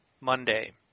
Monday